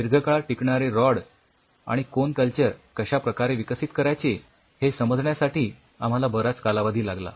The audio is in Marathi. दीर्घकाळ टिकणारे रॉड आणि कोन कल्चर कश्या प्रकारे विकसित करायचे हे समजण्यासाठी आम्हाला बराच कालावधी लागला